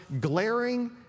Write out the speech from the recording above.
glaring